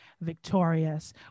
victorious